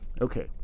Okay